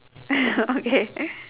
okay